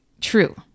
true